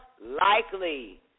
likely